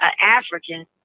African